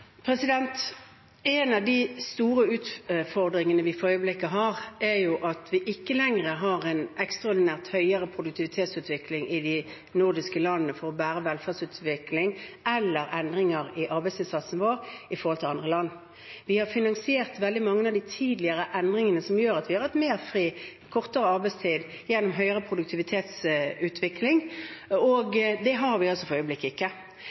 En av de store utfordringene vi for øyeblikket har, er at vi ikke lenger har en ekstraordinært høyere produktivitetsutvikling i de nordiske landene for å bære velferdsutviklingen, eller endringer i arbeidsinnsatsen vår i forhold til andre land. Vi har finansiert veldig mange av de tidligere endringene, som gjør at vi har hatt mer fri og kortere arbeidstid, gjennom høyere produktivitetsutvikling. Det har vi altså for øyeblikket ikke.